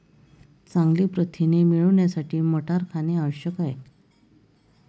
चांगले प्रथिने मिळवण्यासाठी मटार खाणे आवश्यक आहे